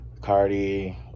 Cardi